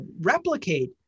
replicate